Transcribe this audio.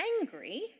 angry